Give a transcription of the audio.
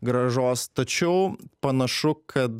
grąžos tačiau panašu kad